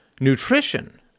nutrition